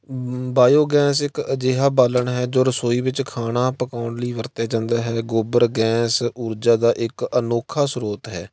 biogas ਇੱਕ ਅਜਿਹਾ ਬਾਲਣ ਹੈ ਜੋ ਰਸੋਈ ਵਿੱਚ ਖਾਣਾ ਪਕਾਉਣ ਲਈ ਵਰਤਿਆ ਜਾਂਦਾ ਹੈ ਗੋਬਰ ਗੈਸ ਊਰਜਾ ਦਾ ਇੱਕ ਅਨੋਖਾ ਸਰੋਤ ਹੈ